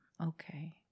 Okay